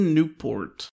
Newport